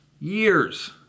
years